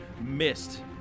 missed